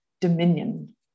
dominion